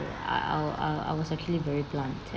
I'll I'll I was actually very blunt